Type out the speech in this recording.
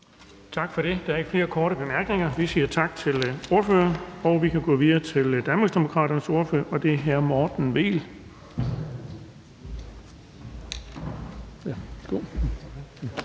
Tak for det. Der er ikke flere korte bemærkninger. Vi siger tak til ordføreren. Vi går videre til SF's ordfører, og det er fru Marianne